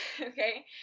okay